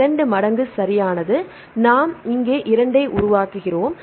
2 மடங்கு சரியானது நாம் இங்கே 2 ஐ உருவாக்குகிறோம்